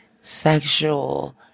sexual